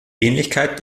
ähnlichkeit